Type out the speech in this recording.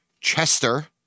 Chester